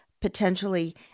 potentially